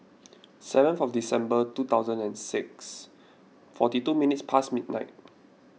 seven for December two thousand and six forty two minutes post midnight